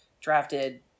drafted –